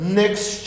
next